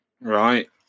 Right